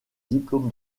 diplôme